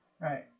Right